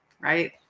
Right